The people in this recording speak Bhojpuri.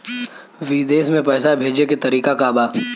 विदेश में पैसा भेजे के तरीका का बा?